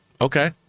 okay